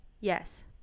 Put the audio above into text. yes